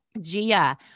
Gia